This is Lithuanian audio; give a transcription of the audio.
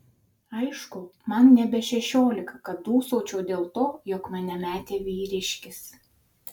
aišku man nebe šešiolika kad dūsaučiau dėl to jog mane metė vyriškis